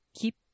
keep